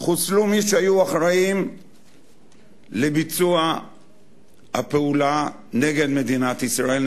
חוסלו מי שהיו אחראים לביצוע הפעולה נגד מדינת ישראל,